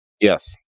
Yes